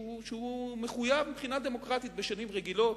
שהוא מחויב מבחינה דמוקרטית בשנים רגילות,